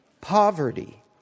poverty